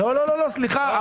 לא, לא, סליחה.